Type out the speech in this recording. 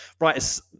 Right